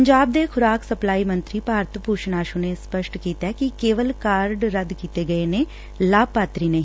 ਪੰਜਾਬ ਦੇ ਖੁਰਾਕ ਸਪਲਾਈ ਮੰਤਰੀ ਭਾਰਤ ਭੁਸ਼ਨ ਆਸੁ ਨੇ ਸਪਸਟ ਕੀਤੈ ਕਿ ਕੇਵਲ ਕਾਰਡ ਰੱਦ ਕੀਤੇ ਗਏ ਨੇ ਲਾਭਪਾਤਰੀ ਨਹੀਂ